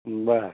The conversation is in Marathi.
बरं